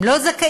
הם לא זכאים.